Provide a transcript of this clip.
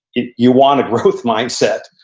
you you want a growth mindset,